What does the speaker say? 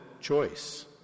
choice